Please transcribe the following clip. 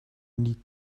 need